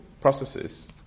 processes